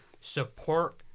support